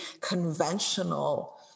conventional